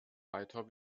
weiter